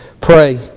pray